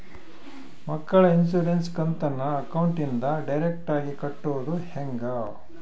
ಮಕ್ಕಳ ಇನ್ಸುರೆನ್ಸ್ ಕಂತನ್ನ ಅಕೌಂಟಿಂದ ಡೈರೆಕ್ಟಾಗಿ ಕಟ್ಟೋದು ಹೆಂಗ?